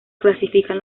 clasifican